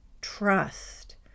trust